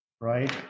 right